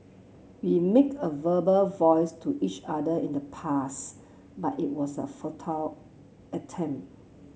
we make a verbal vows to each other in the pass but it was a futile attempt